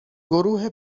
گروه